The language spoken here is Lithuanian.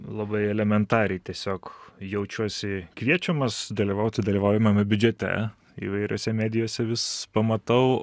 labai elementariai tiesiog jaučiuosi kviečiamas dalyvauti dalyvaujamajame biudžete įvairiose medijose vis pamatau